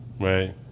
Right